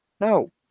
no